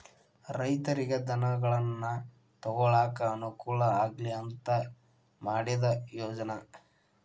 ರೈತರಿಗೆ ಧನಗಳನ್ನಾ ತೊಗೊಳಾಕ ಅನಕೂಲ ಆಗ್ಲಿ ಅಂತಾ ಮಾಡಿದ ಯೋಜ್ನಾ